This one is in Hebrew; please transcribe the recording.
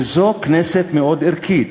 זו כנסת מאוד ערכית,